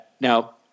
now